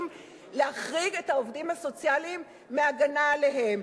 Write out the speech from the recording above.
להחריג את העובדים הסוציאליים מהגנה עליהם.